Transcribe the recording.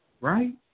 Right